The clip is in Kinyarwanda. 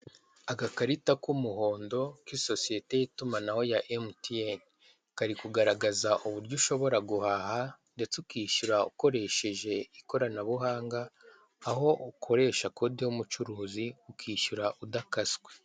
Agakarita k'imuhondo k'isosiyete y'itumanaho ya emutiyeni, kari kugaragaza uburyo ushobora guhahaha ndetse ukishyura ukoresheje ikoranabuhanga aho ukoresha kode y'umucuruzi ukishyura udakaswe.